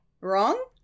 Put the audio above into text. Wrong